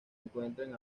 encuentren